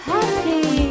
Happy